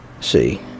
See